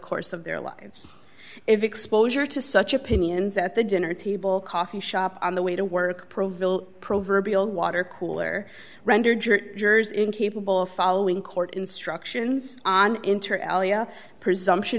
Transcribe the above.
course of their lives if exposure to such opinions at the dinner table coffee shop on the way to work proverbial water cooler rendered jersey incapable of following court instructions on internet presumption